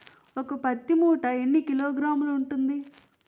ఒక పత్తి మూట ఎన్ని కిలోగ్రాములు ఉంటుంది?